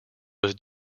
was